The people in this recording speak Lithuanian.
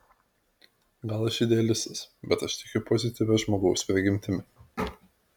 gal aš idealistas bet aš tikiu pozityvia žmogaus prigimtimi